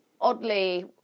oddly